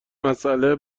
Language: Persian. مسئله